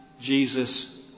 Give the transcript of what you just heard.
Jesus